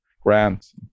grants